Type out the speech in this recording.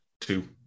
Two